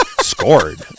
scored